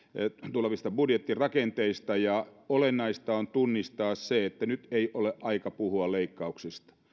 tulevista budjettirakenteista ja olennaista on tunnistaa se että nyt ei ole aika puhua leikkauksista